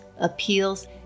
appeals